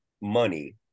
money